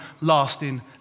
lasting